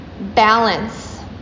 balance